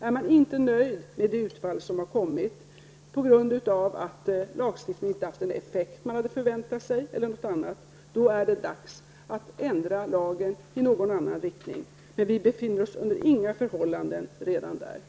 Om man inte är nöjd med utfallet t.ex. på grund av att lagstiftningen inte haft den effekt som man hade förväntat sig är det dags att ändra lagen i en annan riktning. Men vi befinner oss under inga förhållanden där nu.